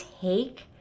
take